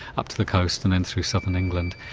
up to the coast and then through southern england.